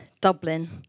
Dublin